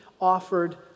offered